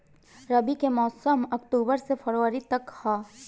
रबी के मौसम अक्टूबर से फ़रवरी तक ह